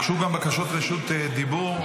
הוגשו גם בקשות רשות דיבור.